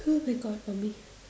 who's he got for me